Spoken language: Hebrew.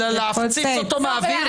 אלא להפציץ אותו מהאוויר,